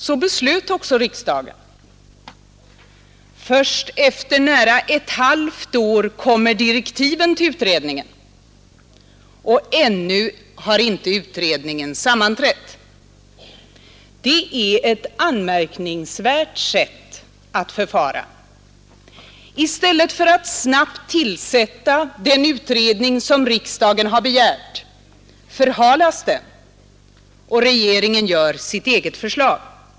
Så beslöt också riksdagen. Först efter nära ett halvt år kommer direktiven till utredningen. Ännu har inte utredningen sammanträtt. Det är ett anmärkningsvärt sätt att förfara; i stället för att snabbt tillsätta den utredning som riksdagen har begärt förhalas den, och regeringen gör sitt eget förslag.